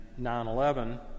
9-11